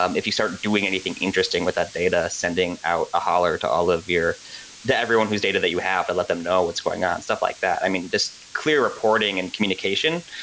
um if you start doing anything interesting with that data, sending out a holler to all of your to everyone whose data that you have and let them know what's going on, stuff like that. i mean, just clear reporting and communication,